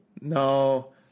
no